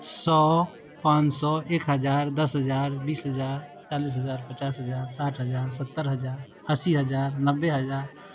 सओ पाँच सओ एक हजार दस हजार बीस हजार चालीस हजार पचास हजार साठि हजार सत्तर हजार अस्सी हजार नब्बे हजार